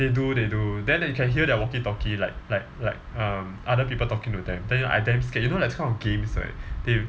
they do they do then you can hear their walkie talkie like like like um other people talking to them then you know I damn scared you know like this kind of games right they